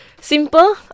simple